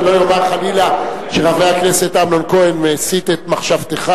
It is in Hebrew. שלא יאמר חלילה שחבר הכנסת אמנון כהן מסיט את מחשבתך,